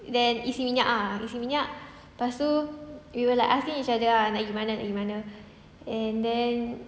then isi minyak ah isi minyak lepastu we were like asking each other ah nak gi mana nak gi mana and then